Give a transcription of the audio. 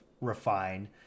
refine